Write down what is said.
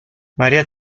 maria